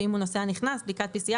ואם הוא נוסע נכנס גם בדיקת אנטיגן";